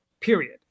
period